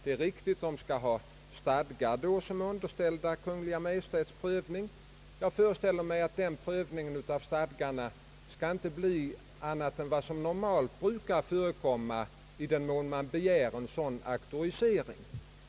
Det är riktigt att deras stadgar skall underställas Kungl. Maj:ts prövning, men jag föreställer mig att den prövningen inte skall bli annan än den som normalt brukar förekomma när man begär auktorisering.